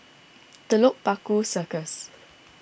Telok Paku Circus